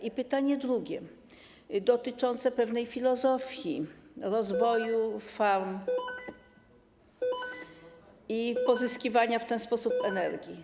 I pytanie drugie dotyczące pewnej filozofii rozwoju farm i pozyskiwania w ten sposób energii.